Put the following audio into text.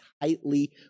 tightly